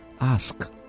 ask